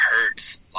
hurts